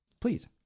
Please